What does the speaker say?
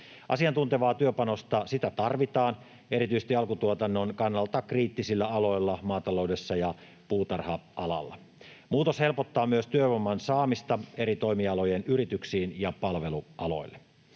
Asiantuntevaa työpanosta tarvitaan erityisesti alkutuotannon kannalta kriittisillä aloilla maataloudessa ja puutarha-alalla. Muutos helpottaa myös työvoiman saamista eri toimialojen yrityksiin ja palvelualoille.